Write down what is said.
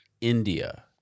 India